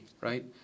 right